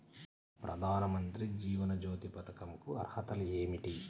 ప్రధాన మంత్రి జీవన జ్యోతి పథకంకు అర్హతలు ఏమిటి?